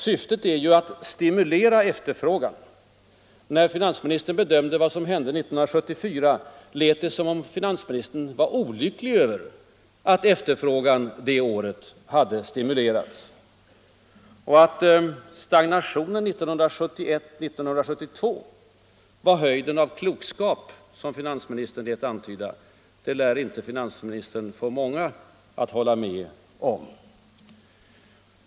Syftet är att stimulera efterfrågan, men när finansministern bedömde vad som hände 1974 lät det som om han var olycklig över att efterfrågan det året hade stimulerats och att stagnationen 1971-1972 var höjden av klokskap. Det lär han inte få många att hålla med om.